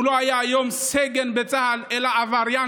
הוא לא היה היום סגן בצה"ל אלא עבריין